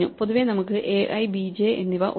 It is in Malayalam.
പൊതുവേ നമുക്ക് ai bj എന്നിവ ഉണ്ട്